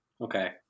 okay